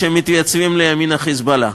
כשהם מתייצבים לימין ה"חיזבאללה".